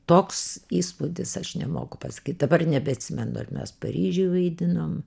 toks įspūdis aš nemoku pasakyt dabar nebeatsimenu ar mes paryžiuj vaidinom